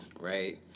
Right